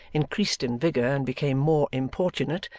increased in vigour and became more importunate,